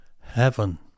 Heaven